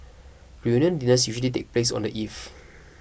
reunion dinners usually take place on the eve